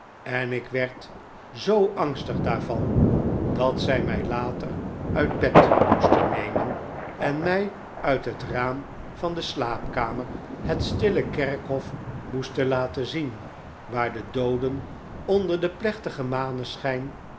en ik werd zoo angstig daarvan dat zij mij later uit bed moesten nemen en mij uit het raam van de slaapkamer het stille kerkhof moesten laten zien waar de dooden onder den plechtigen